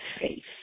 faith